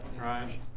right